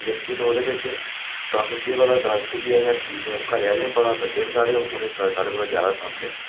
लेकिन ओह्दे बिच कम्म केह् पता गलत ऐ जां ठीक ऐ ओह् बड्डे न साढ़े उ'नेंगी साढ़े कोला बड़ी समझ ऐ